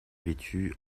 vêtue